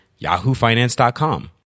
yahoofinance.com